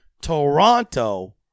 Toronto